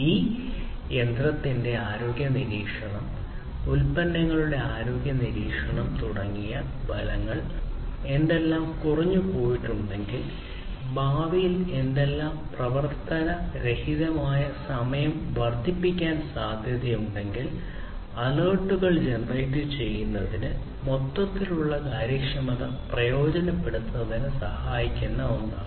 ഈ യന്ത്രത്തിന്റെ ആരോഗ്യ നിരീക്ഷണം ഉൽപ്പന്നങ്ങളുടെ ആരോഗ്യ നിരീക്ഷണം തുടങ്ങിയ ഫലങ്ങൾ എന്തെങ്കിലും കുറഞ്ഞുപോയിട്ടുണ്ടെങ്കിൽ ഭാവിയിൽ എന്തെങ്കിലും പ്രവർത്തനരഹിതമായ സമയം വർദ്ധിപ്പിക്കാൻ സാധ്യതയുണ്ടെങ്കിൽ അലേർട്ടുകൾ ജനറേറ്റ് ചെയ്യുന്നത് മൊത്തത്തിലുള്ള കാര്യക്ഷമത മെച്ചപ്പെടുത്തുന്നതിന് സഹായിക്കുന്ന ഒന്നാണ്